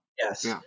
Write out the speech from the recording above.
Yes